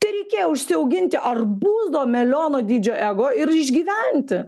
tai reikėjo užsiauginti arbūzo meliono dydžio ego ir išgyventi